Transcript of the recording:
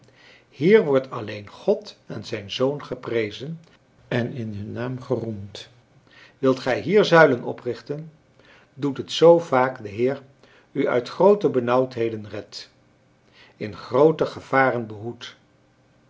hier wordt alleen god en zijn zoon geprezen en in hun naam geroemd wilt gij hier zuilen oprichten doet het zoo vaak de heer u uit groote benauwdheden redt in groote